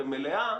אולי במהלכו.